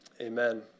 Amen